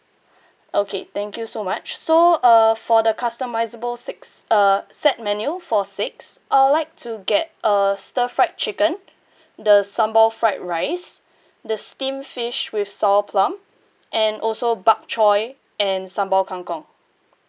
okay thank you so much so uh for the customisable six uh set menu for six I'd like to get a stir fried chicken the sambal fried rice the steamed fish with sour plum and also bok choy and sambal kangkong